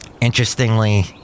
Interestingly